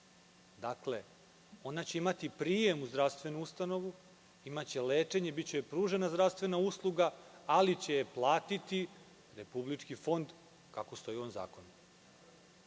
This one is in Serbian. Ona će imati prijem u zdravstvenu ustanovu, imaće lečenje, biće joj pružena zdravstvena usluga, ali će je platiti Republički fond, kako stoji u ovom zakonu.